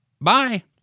Bye